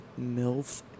MILF